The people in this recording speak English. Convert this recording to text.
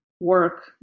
work